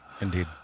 Indeed